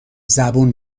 زبون